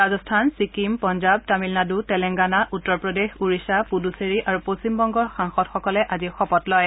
ৰাজস্থান ছিকিম পঞ্জাৱ তামিলনাডু তেলেংগানা উত্তৰ প্ৰদেশ ওড়িশা পুডুচেৰী আৰু পশ্চিমবঙ্গৰ সাংসদসকলে আজি শপত লয়